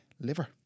liver